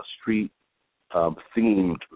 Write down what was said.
street-themed